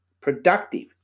productive